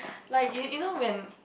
like you you know when